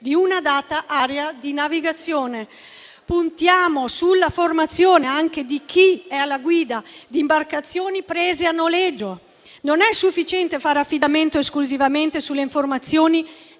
di una data area di navigazione. Puntiamo sulla formazione anche di chi è alla guida di imbarcazioni prese a noleggio. Non è sufficiente fare affidamento esclusivamente sulle informazioni